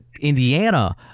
indiana